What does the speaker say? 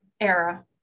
era